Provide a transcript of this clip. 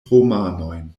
romanojn